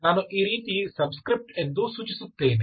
ನಾನು ಈ ರೀತಿ ಸಬ್ಸ್ಕ್ರಿಪ್ಟ್ ಎಂದು ಸೂಚಿಸುತ್ತೇನೆ